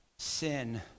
Sin